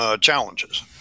challenges